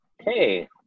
Okay